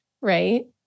right